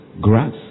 grass